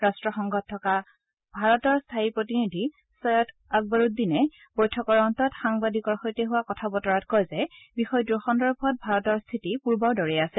ৰাট্ট সংঘত থকা ভাৰতৰ স্থায়ী প্ৰতিনিধি ছৈয়দ আকৰব উদ্দিনে বৈঠকৰ অন্তত সাংবাদিকৰ সৈতে হোৱা কথা বতৰাত কয় যে বিষয়টোৰ সন্দৰ্ভত ভাৰতৰ স্থিতি পূৰ্বৰ দৰে আছে